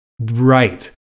Right